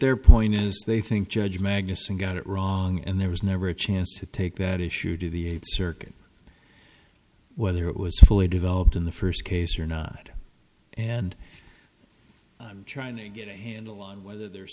their point is they think judge magnussen got it wrong and there was never a chance to take that issue to the eighth circuit whether it was fully developed in the first case or not and i'm trying to get a handle on whether there